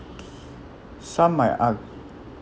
some might ask